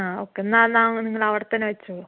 ആ ഓക്കേ എന്നാൽ എന്നാൽ നിങ്ങൾ അവിടെ തന്നെ വെച്ചോളൂ